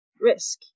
risk